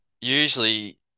usually